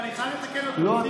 לא.